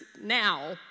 Now